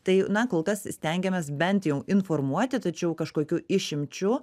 tai na kol kas stengiamės bent jau informuoti tačiau kažkokių išimčių